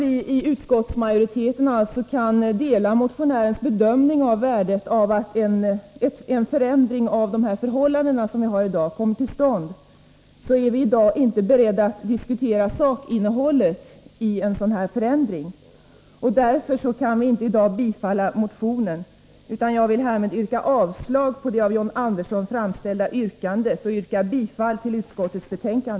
Även om utskottsmajoriteten alltså delar motionärernas bedömning av värdet av att en förändring av de här förhållandena kommer till stånd, är vi i dag inte beredda att diskutera sakinnehållet i en sådan förändring. Därför kan vi i dag inte tillstyrka motionen. Jag vill härmed yrka avslag på det av John Andersson framställda yrkandet och bifall till utskottets hemställan.